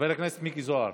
חבר הכנסת מיקי זוהר,